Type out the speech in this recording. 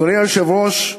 אדוני היושב-ראש,